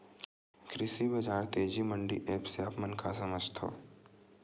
कृषि बजार तेजी मंडी एप्प से आप मन का समझथव?